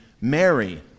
Mary